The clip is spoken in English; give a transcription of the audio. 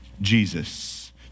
Jesus